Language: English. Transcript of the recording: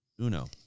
Uno